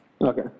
Okay